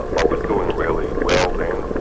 i was doing really well then.